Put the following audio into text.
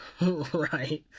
Right